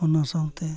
ᱚᱱᱟ ᱥᱟᱶᱛᱮ